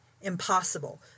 impossible